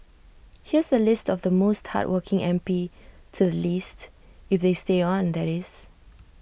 here's A list of the most hardworking M P to the least if they stay on that is